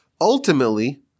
ultimately